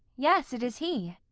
yes, it is he.